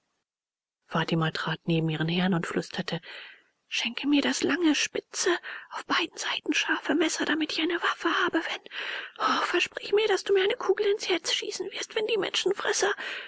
fatima trat neben ihren herrn und flüsterte schenke mir das lange spitze auf beiden seiten scharfe messer damit ich eine waffe habe wenn o versprich mir daß du mir eine kugel ins herz schießen wirst wenn die menschenfresser